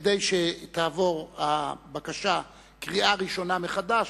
כדי שתעבור הבקשה קריאה ראשונה מחדש,